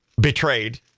betrayed